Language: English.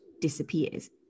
disappears